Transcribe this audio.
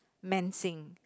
men sing